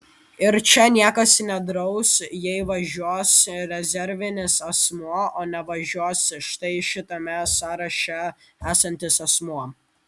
ir čia niekas nedraus jei važiuos rezervinis asmuo o nevažiuos štai šitame sąraše esantis asmuo